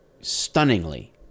stunningly